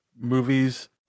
movies